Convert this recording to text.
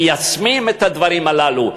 מיישמים את הדברים הללו.